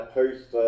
post